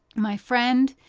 my friend,